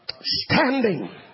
standing